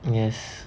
yes